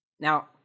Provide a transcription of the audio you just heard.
Now